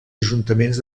ajuntaments